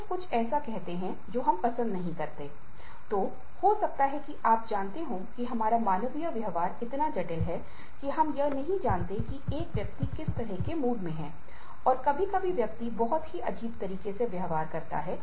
इसलिए यह कहा जा रहा है यही कारण हैं कि कार्य संतुलन हम सभी के लिए चिंता का विषय बन रहा है